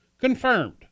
Confirmed